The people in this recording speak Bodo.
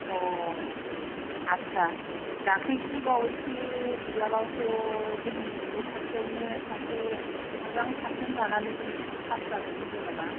अह आदसा दाख्लिसो बावैसो रिजाल्तआवथ' जोंनि न' खाथियावनो सासे मोजां पारसेन्ट लानानै पास जादों जेन'बा